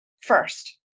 first